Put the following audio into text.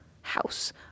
house